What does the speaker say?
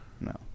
No